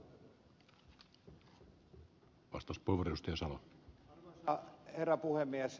arvoisa herra puhemies